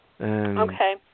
Okay